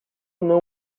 não